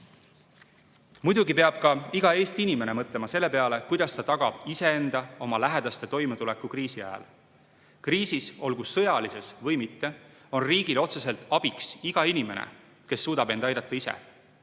Muidugi peab iga Eesti inimene mõtlema selle peale, kuidas ta tagab iseenda ja oma lähedaste toimetuleku kriisi ajal. Kriisis, olgu sõjalises või mitte, on riigile otseselt abiks iga inimene, kes suudab end aidata ise.